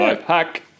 hack